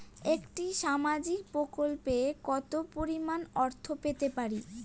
একটি সামাজিক প্রকল্পে কতো পরিমাণ অর্থ পেতে পারি?